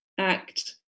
act